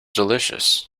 delicious